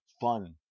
fun